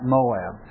Moab